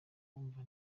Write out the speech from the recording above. bumva